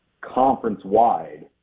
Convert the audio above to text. conference-wide